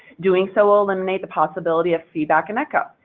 doing so will eliminate the possibility of feedback and echo.